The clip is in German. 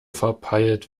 verpeilt